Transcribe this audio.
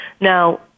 Now